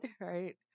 right